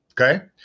okay